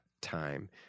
time